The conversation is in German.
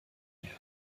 mehr